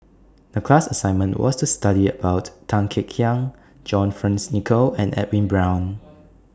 The class assignment was to study about Tan Kek Hiang John Fearns Nicoll and Edwin Brown